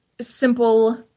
simple